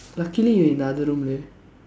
luckily you in the other room leh